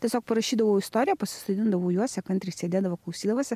tiesiog parašydavau istoriją pasisodindavau juos jie kantriai sėdėdavo klausydavosi